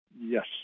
Yes